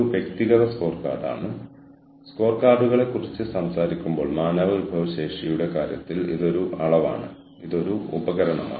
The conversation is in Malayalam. അതിനാൽ പദാർത്ഥത്തിന്റെ ഓർഗനൈസേഷണൽ ഇഫക്റ്റുകൾ സുസ്ഥിരതയുടെ വ്യാഖ്യാനങ്ങളുമായി ബന്ധപ്പെട്ടിരിക്കുന്നു അതായത് കാര്യങ്ങൾ തുടരുക എന്നാണ് അർത്ഥമാക്കുന്നത്